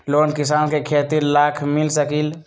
Loan किसान के खेती लाख मिल सकील?